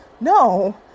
no